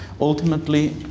Ultimately